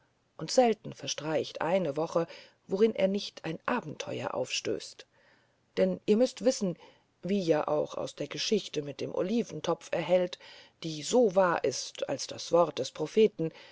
und selten verstreicht eine woche worin er nicht ein abenteuer aufstößt denn ihr müßt wissen wie ja auch aus der geschichte mit dem oliventopf erhellt die so wahr ist als das wort des propheten